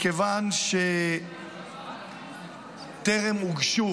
מכיוון שטרם הוגשו